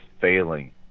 failing